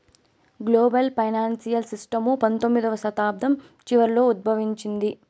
global financial system పంతొమ్మిదవ శతాబ్దం చివరలో ఉద్భవించింది